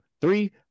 three